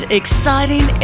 exciting